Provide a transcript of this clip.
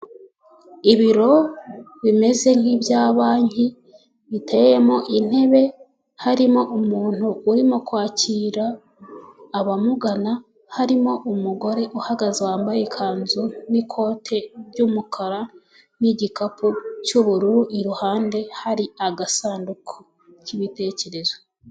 Ibiro bimeze nk'ibya banki, biteyemo intebe, harimo umuntu urimo kwakira abamugana, harimo umugore uhagaze wambaye ikanzu n'ikote by'umukara n'igikapu cy'ubururu, iruhande hari agasanduku k'ibitekerezo.